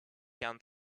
can